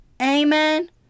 Amen